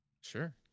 Sure